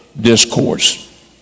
discourse